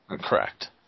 Correct